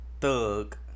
Thug